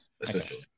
Essentially